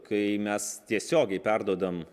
kai mes tiesiogiai perduodam